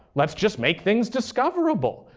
let's just make things discoverable.